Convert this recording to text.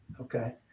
Okay